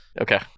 okay